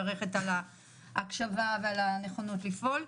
מברכת על ההקשבה ועל הנכונות לפעול.